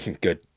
good